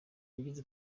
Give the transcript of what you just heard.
yagize